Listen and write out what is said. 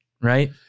right